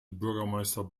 bürgermeister